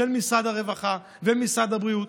של משרד הרווחה ומשרד הבריאות.